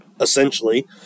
essentially